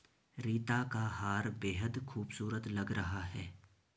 रीता का हार बेहद खूबसूरत लग रहा है